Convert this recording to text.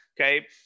okay